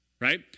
Right